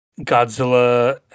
Godzilla